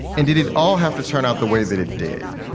and did it all have to turn out the way that it did?